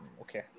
Okay